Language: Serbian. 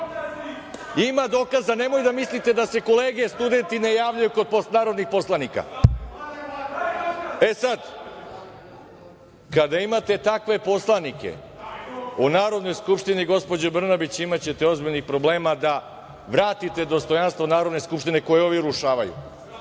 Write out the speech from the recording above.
Ima dokaza, nemoj da mislite da se kolege studenti ne javljaju kod narodnih poslanika. E, sad, kada imate takve poslanike u Narodnoj skupštini, gospođo Brnabić, imaćete ozbiljnih problema da vratite dostojanstvo Narodne skupštine koji ovi urušavaju. Druga